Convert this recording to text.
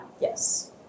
Yes